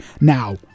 now